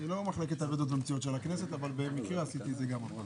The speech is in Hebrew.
אם אני לא טועה, גם נתנו לו